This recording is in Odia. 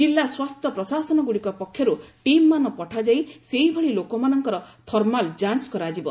ଜିଲ୍ଲା ସ୍ୱାସ୍ଥ୍ୟ ପ୍ରଶାସନଗୁଡ଼ିକ ପକ୍ଷରୁ ଟିମ୍ମାନ ପଠାଯାଇ ସେହିଭଳି ଲୋକମାନଙ୍କର ଥର୍ମାଲ୍ ଯଞ୍ଚ୍ କରାଯିବ